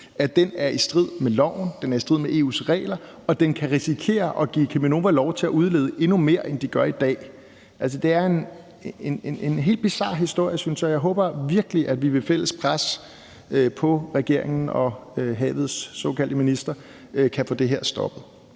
ud fra, i strid med loven, den er i strid med EU's regler, og den kan risikere at give Cheminova lov til at udlede endnu mere, end de gør i dag. Altså, det er en helt bizar historie, synes jeg, og jeg håber virkelig, at vi ved fælles pres på regeringen og havets såkaldte minister kan få det her stoppet.